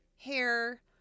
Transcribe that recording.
hair